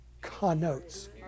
connotes